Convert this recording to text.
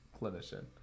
clinician